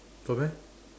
got meh